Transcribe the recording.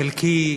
חלקי.